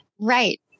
Right